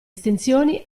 estensioni